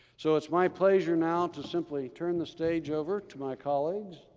so it's my pleasure now to simply turn the stage over to my colleagues.